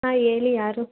ಹಾಂ ಹೇಳಿ ಯಾರು